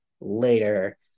later